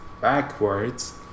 backwards